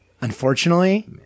Unfortunately